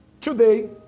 today